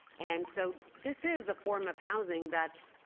and so this is a form of housing that